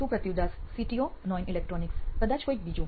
સુપ્રતિવ Das CTO નોઇન electronics કદાચ કોઈ બીજું